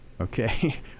Okay